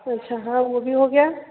अच्छा हाँ वो भी हो गया